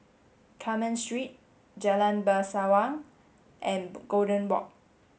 Carmen Street Jalan Bangsawan and Golden Walk